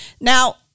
Now